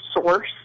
source